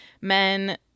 men